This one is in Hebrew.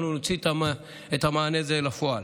אנחנו נוציא את המענה הזה לפועל.